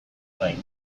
orain